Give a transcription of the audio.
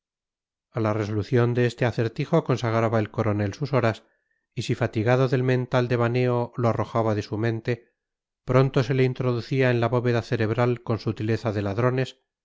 a la resolución de este acertijo consagraba el coronel sus horas y si fatigado del mental devaneo lo arrojaba de su mente pronto se le introducía en la bóveda cerebral con sutileza de ladrones